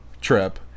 trip